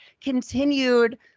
continued